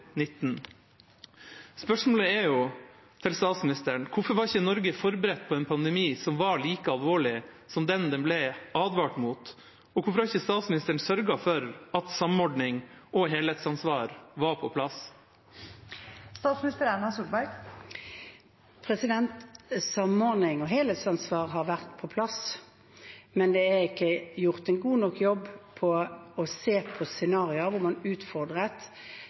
til statsministeren er: Hvorfor var ikke Norge forberedt på en pandemi som var like alvorlig som den det ble advart om? Og hvorfor hadde ikke statsministeren sørget for at samordning og helhetsansvar var på plass? Samordning og helhetsansvar har vært på plass, men det er ikke gjort en god nok jobb med å se på scenarioer hvor man